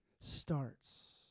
starts